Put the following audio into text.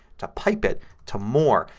to pipe it to more.